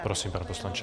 Prosím, pane poslanče.